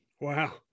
Wow